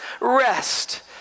rest